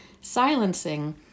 silencing